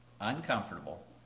uncomfortable